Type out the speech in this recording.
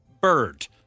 Bird